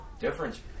difference